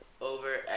over